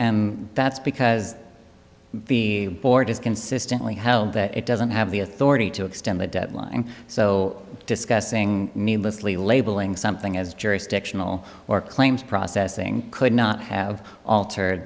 and that's because the board has consistently held that it doesn't have the authority to extend the deadline so discussing needlessly labeling something as jurisdictional or claims processing could not have altered